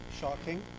Shocking